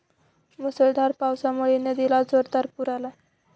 मुसळधार पावसामुळे नदीला जोरदार पूर आला